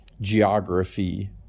geography